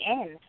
end